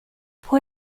può